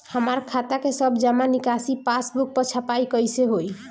हमार खाता के सब जमा निकासी पासबुक पर छपाई कैसे होई?